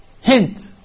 hint